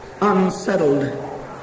unsettled